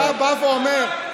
דיון בוועדה?